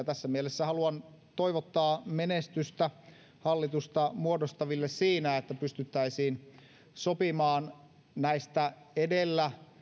tässä mielessä haluan toivottaa menestystä hallitusta muodostaville siinä että pystyttäisiin sopimaan näistä edellä